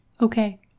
Okay